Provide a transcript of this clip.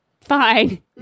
fine